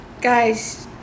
Guys